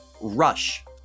rush